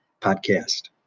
podcast